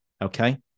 Okay